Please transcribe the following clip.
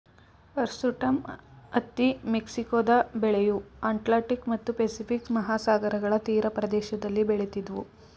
hirsutum ಹತ್ತಿ ಮೆಕ್ಸಿಕೊದ ಬೆಳೆಯು ಅಟ್ಲಾಂಟಿಕ್ ಮತ್ತು ಪೆಸಿಫಿಕ್ ಮಹಾಸಾಗರಗಳ ತೀರಪ್ರದೇಶದಲ್ಲಿ ಬೆಳಿತಿದ್ವು